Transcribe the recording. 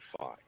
fine